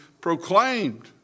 proclaimed